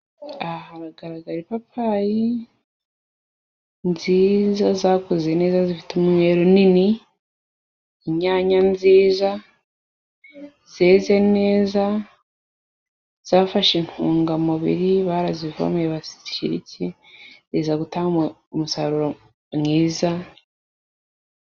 Aha hagaragara ipapayi nziza zakuze neza, zifite umweru nini inyanya nziza zeze neza zafashe intungamubiri barazivomeye bashyigikiye ziriza gutanga umusaruro mwiza.